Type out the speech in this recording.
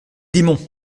démons